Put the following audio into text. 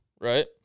right